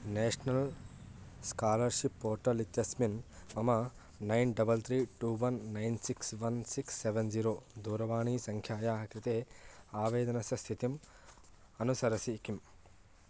national scholarship portal इत्यस्मिन् मम nine double three two one nine six one six seven zero दूरवाणीसङ्ख्यायाः कृते आवेदनस्य स्थितिम् अनुसरसि किम्